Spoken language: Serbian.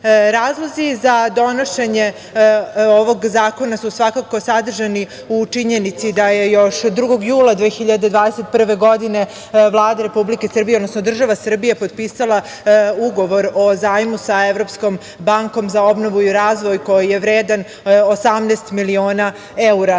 za donošenje ovog zakona su svakako sadržani u činjenici da je još 2. jula 2021. godine Vlada Republike Srbije, odnosno država Srbija potpisala Ugovor o zajmu sa Evropskom bankom za obnovu i razvoj koji je vredan 18 miliona